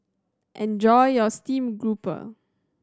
enjoy your stream grouper